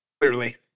Clearly